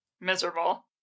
miserable